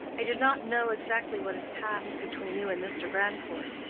i do not know exactly what has passed between you and mr. grandcourt,